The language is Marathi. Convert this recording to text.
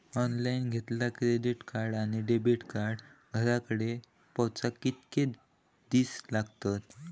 ऑनलाइन घेतला क्रेडिट कार्ड किंवा डेबिट कार्ड घराकडे पोचाक कितके दिस लागतत?